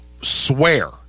swear